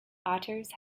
otters